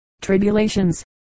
tribulations